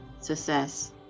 success